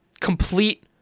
complete